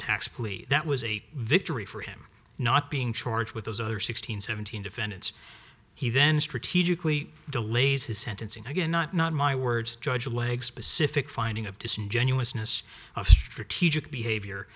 plea that was a victory for him not being charge with those other sixteen seventeen defendants he then strategically delays his sentencing again not not my words judge leg specific finding of disingenuousness strategic behavior